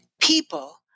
People